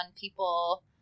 people